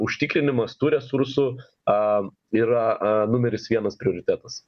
užtikrinimas tų resursų a yra a numeris vienas prioritetas